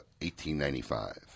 1895